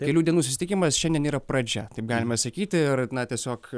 kelių dienų susitikimas šiandien yra pradžia taip galima sakyti ir na tiesiog